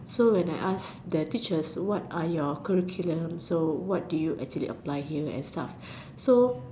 so when I ask their teachers what are your curriculum so what do you actually apply here and stuffs so